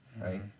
right